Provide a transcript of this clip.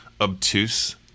obtuse